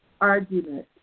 argument